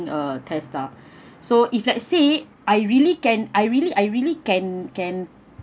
err test lah so if let's say I really can I really I really can can